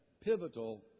pivotal